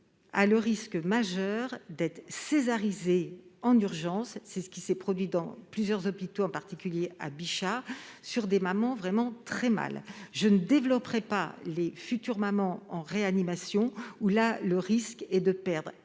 un risque majeur d'être césarisée en urgence. C'est ce qui s'est produit dans plusieurs hôpitaux, en particulier à Bichat, pour des mamans vraiment très mal en point. Et je ne développe même pas le cas des futures mamans en réanimation, où le risque est de perdre